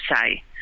say